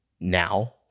now